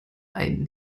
einen